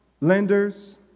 lenders